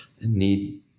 need